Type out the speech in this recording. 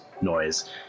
noise